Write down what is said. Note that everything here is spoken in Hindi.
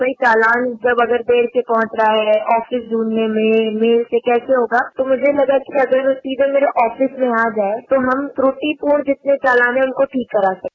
कोई चालान जब अगर देर से पहुंच रहा है आफिस ढूंढने में मेल से कैसे होगा तो मुझे लगा कि अगर सीधे मेरे आफिस में आ जाये तो हम त्रुटिपूर्ण जितने चालान है उनको ठीक करा सकें